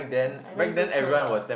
I no need so chiong lah